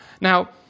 Now